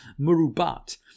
murubat